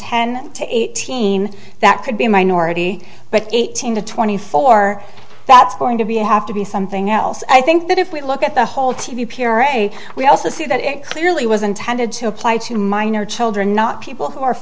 ten to eighteen that could be a minority but eighteen to twenty four that's going to be have to be something else i think that if we look at the whole t v p r a we also see that it clearly was intended to apply to minor children not people who are